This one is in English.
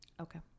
okay